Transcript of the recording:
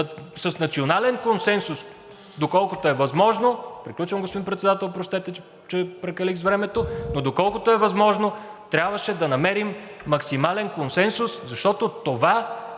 сигнал, че времето е изтекло.) Приключвам, господин Председател, простете, че прекалих с времето. Но доколкото е възможно, трябваше да намерим максимален консенсус, защото това